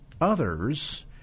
others